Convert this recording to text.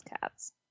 cat's